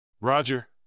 Roger